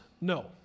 No